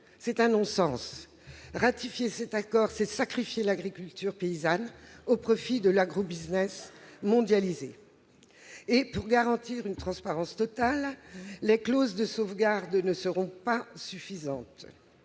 C'est un non-sens ! Ratifier cet accord revient à sacrifier l'agriculture paysanne au profit de l'agrobusiness mondialisé. Pour garantir une transparence totale, les clauses de sauvegarde ne seront pas suffisantes.